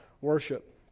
worship